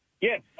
Yes